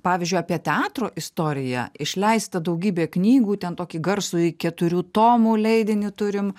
pavyzdžiui apie teatro istoriją išleista daugybė knygų ten tokį garsųjį keturių tomų leidinį turim